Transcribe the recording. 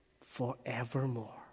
forevermore